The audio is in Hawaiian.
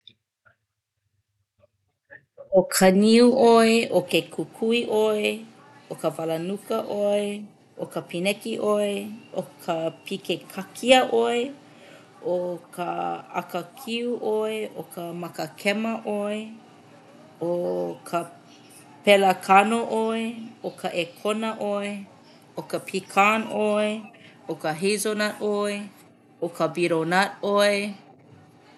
ʻO ka niu ʻoe, ʻo ke kukui ʻoe, ʻo ka walanuka ʻoe, ʻo ka pīneki ʻoe, ʻo ka pikekakia ʻoe, ʻo ka ʻakakiu ʻoe, ʻo ka makakema ʻoe, ʻo ka pelakano ʻoe, ʻo ka ʻēkona ʻoe, ʻo ka pecan ʻoe, ʻo ka hazelnut ʻoe, ʻo ka beetlenut ʻoe.